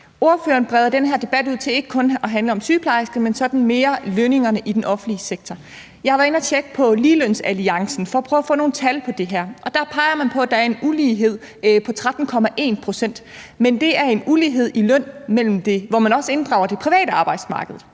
Ordføreren breder den her debat ud til ikke kun at handle om sygeplejersker, men sådan mere om lønningerne i den offentlige sektor. Jeg har været inde at tjekke på Ligelønsalliancens hjemmeside for at prøve at få nogle tal på det her, og der peger man på, at der er en ulighed på 13,1 pct., men det er en ulighed i løn, hvor man også inddrager det private arbejdsmarked.